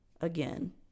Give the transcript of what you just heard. again